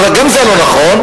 אבל גם זה לא נכון.